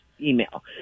email